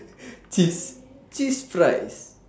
cheese cheese fries